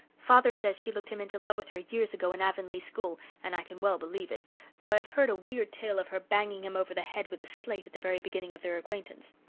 father says she looked him into love with her years ago in avonlea school and i can well believe it though i have heard a weird tale of her banging him over the head with a slate at the very beginning of their acquaintance.